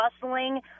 bustling